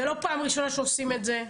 זה לא פעם ראשונה שעושים את זה.